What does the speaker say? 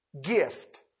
gift